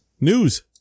news